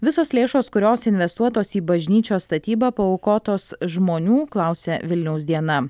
visos lėšos kurios investuotos į bažnyčios statybą paaukotos žmonių klausia vilniaus diena